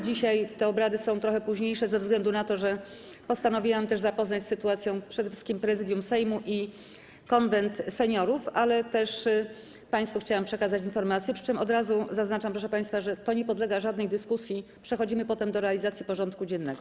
Dzisiaj te obrady są trochę późniejsze ze względu na to, że postanowiłam zapoznać z sytuacją przede wszystkim Prezydium Sejmu i Konwent Seniorów, ale też państwu chciałam przekazać informacje, przy czym od razu zaznaczam, że to nie podlega żadnej dyskusji, przechodzimy potem do realizacji porządku dziennego.